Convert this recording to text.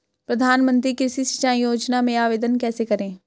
प्रधानमंत्री कृषि सिंचाई योजना में आवेदन कैसे करें?